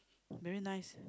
very nice